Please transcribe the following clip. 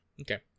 Okay